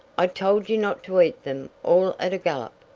i told you not to eat them all at a gullup,